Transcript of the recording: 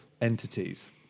entities